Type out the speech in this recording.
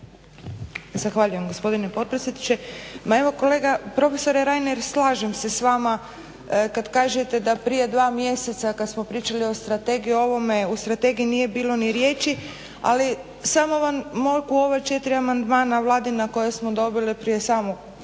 Zahvaljujem gospodine potpredsjedniče, pa evo kolega prof. Reiner slažem se s vama kad kažete da prije dva mjeseca kad smo pričali o strategiji, o ovome u strategiji nije bilo ni riječi. Ali samo vam mogu u ova četiri amandmana Vladina koje smo dobili od prije samog